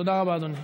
תודה רבה, אדוני.